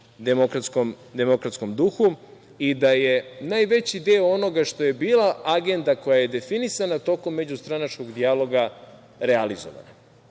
demokratskom duhu i da je najveći deo onoga što je bila agenda koja je definisana tokom međustranačkog dijaloga realizovana.